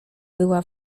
była